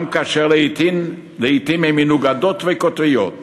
גם כאשר לעתים הן מנוגדות וקוטביות,